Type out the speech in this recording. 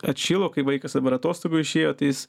atšilo kai vaikas dabar atostogų išėjo tai jis